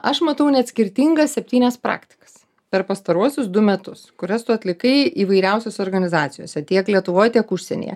aš matau net skirtingas septynias praktikas per pastaruosius du metus kurias tu atlikai įvairiausiose organizacijose tiek lietuvoj tiek užsienyje